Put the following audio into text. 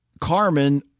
Carmen